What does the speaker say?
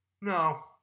no